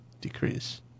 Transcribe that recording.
decrease